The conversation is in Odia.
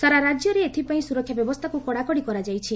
ସାରା ରାଜ୍ୟରେ ଏଥିପାଇଁ ସୁରକ୍ଷା ବ୍ୟବସ୍ଥାକୁ କଡ଼ାକଡ଼ି କରାଯାଇଛି